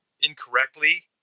incorrectly